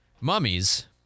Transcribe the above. mummies